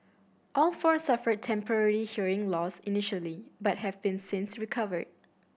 all four suffered temporary hearing loss initially but have been since recovered